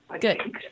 Good